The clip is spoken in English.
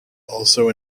also